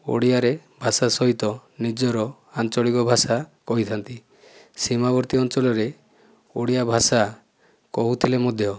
ଓଡ଼ିଆରେ ଭାଷା ସହିତ ନିଜର ଆଞ୍ଚଳିକ ଭାଷା କହିଥାନ୍ତି ସୀମାବର୍ତ୍ତୀ ଅଞ୍ଚଳରେ ଓଡ଼ିଆ ଭାଷା କହୁଥିଲେ ମଧ୍ୟ